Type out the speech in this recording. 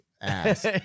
ass